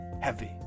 heavy